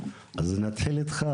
אז נתחיל איתך,